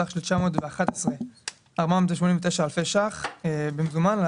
בסך של 911,489 אלפי שקלים במזומן,